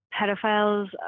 pedophiles